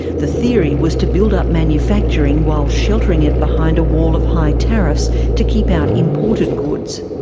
the theory was to build up manufacturing while sheltering it behind a wall of high tariffs to keep out imported goods.